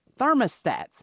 thermostats